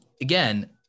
again